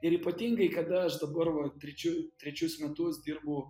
ir ypatingai kada aš dabar va trečiu trečius metus dirbu